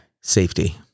Safety